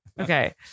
Okay